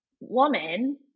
woman